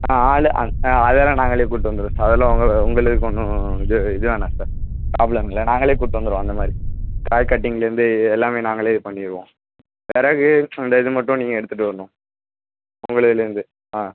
ஆ ஆள் அத் ஆ அதெல்லாம் நாங்களே கூட்டி வந்துடுவோம் சார் அதெல்லாம் உங்கள் உங்களுக்கு ஒன்றும் இது இது வேண்ணா சார் ப்ராப்ளமில்லை நாங்களே கூப்ட்டு வந்துடுவோம் அந்த மாதிரி காய் கட்டிங்லருந்து எல்லாமே நாங்களே பண்ணிடுவோம் விறகு அந்த இது மட்டும் நீங்கள் எடுத்துகிட்டு வரணும் உங்களுதிலிருந்து ஆ